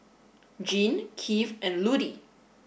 Gene Keith and Ludie